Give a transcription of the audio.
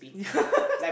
yeah